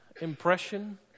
impression